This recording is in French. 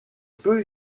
peu